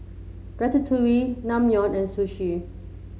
Ratatouille Naengmyeon and Sushi